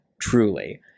truly